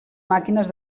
màquines